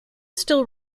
still